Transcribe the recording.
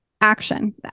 action